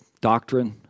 doctrine